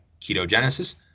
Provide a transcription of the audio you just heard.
ketogenesis